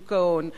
שוק ההון,